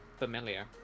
familiar